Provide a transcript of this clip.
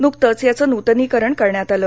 नुकतच याचं नुतनीकरण करण्यात आलं